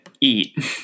eat